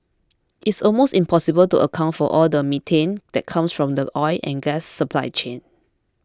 it's almost impossible to account for all the methane that comes from the oil and gas supply chain